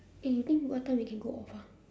eh you think what time we can go off ah